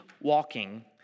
walking